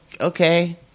okay